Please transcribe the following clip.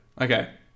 Okay